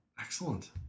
Excellent